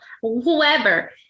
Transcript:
whoever